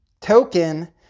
token